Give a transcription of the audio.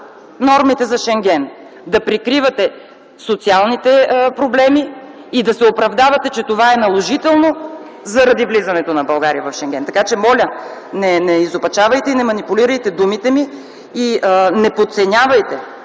нормите за Шенген да прикривате социалните проблеми и да се оправдавате, че това е наложително заради влизането на България в Шенген. Така че, моля, не изопачавайте и не манипулирайте думите ми, и не подценявайте